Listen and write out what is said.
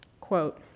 quote